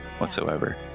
whatsoever